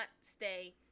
stay